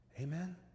Amen